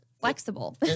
flexible